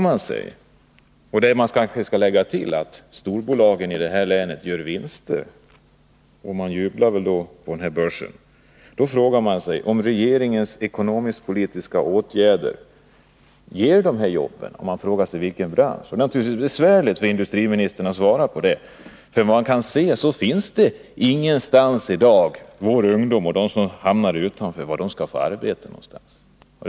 Man skall kanske tillägga att storbolagen i detta län gör vinster och att man jublar på börsen. Vi frågar oss om regeringens ekonomisk-politiska åtgärder ger jobb och i så fall i vilken bransch. Det är naturligtvis besvärligt för industriministern att svara på det. Såvitt vi kan se finns det i dag inte någon plats där ungdomar och de som har hamnat utanför arbetsmarknaden kan få arbete.